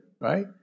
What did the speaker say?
right